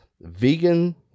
vegan